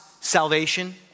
salvation